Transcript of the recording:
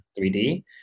3D